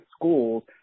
schools